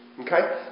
Okay